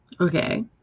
Okay